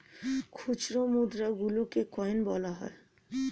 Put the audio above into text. খুচরো মুদ্রা গুলোকে কয়েন বলা হয়